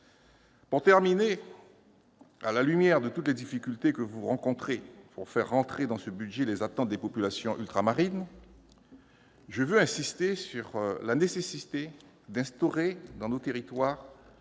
Pour terminer, à la lumière de toutes les difficultés que vous rencontrez pour faire rentrer dans ce budget les attentes des populations ultramarines, je veux insister sur la nécessité d'instaurer dans nos territoires la